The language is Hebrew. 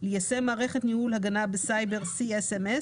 ליישם מערכת ניהול הגנה בסייבר Csms